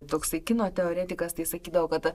toksai kino teoretikas tai sakydavo kad